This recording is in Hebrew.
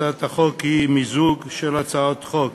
הצעת החוק היא מיזוג של הצעת חוק